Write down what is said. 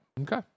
Okay